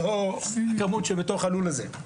וזו לא הכמות בתוך הלול הזה.